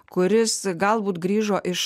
kuris galbūt grįžo iš